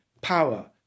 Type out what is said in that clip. power